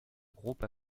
groupe